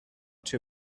too